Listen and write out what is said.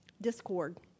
discord